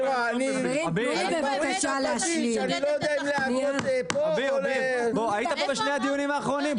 אביר, היית פה בשני הדיונים האחרונים?